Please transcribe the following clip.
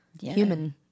human